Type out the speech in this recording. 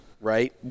Right